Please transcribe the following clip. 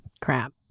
Crap